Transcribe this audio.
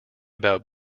about